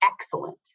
excellent